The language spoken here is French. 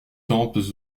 tempes